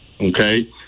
okay